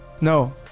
No